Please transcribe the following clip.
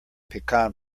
pecan